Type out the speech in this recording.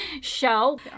show